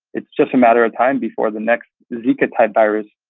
it's just a matter of time before the next zika-type virus,